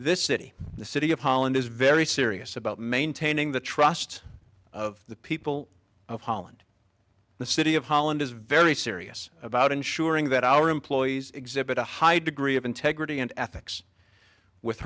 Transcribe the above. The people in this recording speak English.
this city the city of holland is very serious about maintaining the trust of the people of holland the city of holland is very serious about ensuring that our employees exhibit a high degree of integrity and ethics with